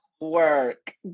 Work